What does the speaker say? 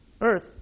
earth